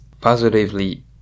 positively